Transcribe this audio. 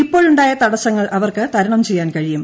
ഇപ്പോഴുണ്ടായ തടസ്സങ്ങൾ അവർക്ക് തരണം ചെയ്യാൻ കഴിയും